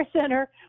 center